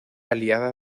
aliada